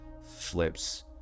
flips